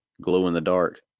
glow-in-the-dark